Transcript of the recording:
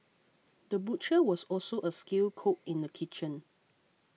the butcher was also a skilled cook in the kitchen